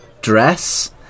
dress